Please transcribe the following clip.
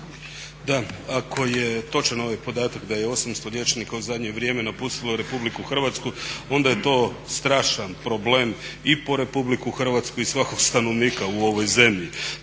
Da, ako je točan ovaj podatak da je 800 liječnika u zadnje vrijeme napustilo Republiku Hrvatsku onda je to strašan problem i po Republiku Hrvatsku i svakog stanovnika u ovoj zemlji.